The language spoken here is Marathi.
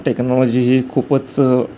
टेक्नॉलॉजी ही खूपच